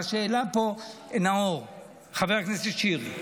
מה שהעלה פה חבר הכנסת שירי,